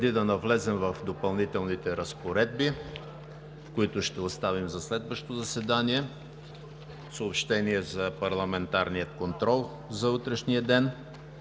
които ще оставим за следващо заседание, съобщение за парламентарния контрол за утрешния ден: